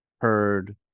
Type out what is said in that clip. heard